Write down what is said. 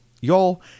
Y'all